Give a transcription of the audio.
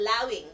allowing